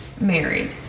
married